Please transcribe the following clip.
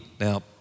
Now